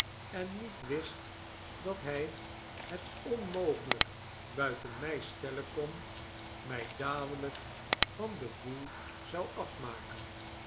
en niet wist dat hij het onmogelijk buiten mij stellen kon mij dadelijk van den boel zou afmaken